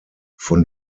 von